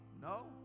No